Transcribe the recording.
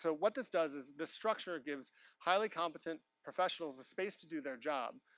so what this does, is the structure gives highly competent, professionals a space to do their job.